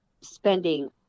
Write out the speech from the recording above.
spending